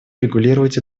урегулировать